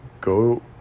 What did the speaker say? go